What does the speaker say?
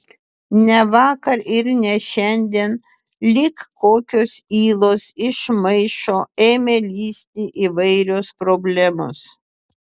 ne vakar ir ne šiandien lyg kokios ylos iš maišo ėmė lįsti įvairios problemos